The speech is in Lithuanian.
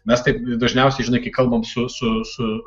mes taip dažniausiai žinai kai kalbam su su su